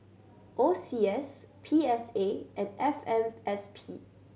O C S P S A and F M S P